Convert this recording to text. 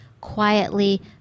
quietly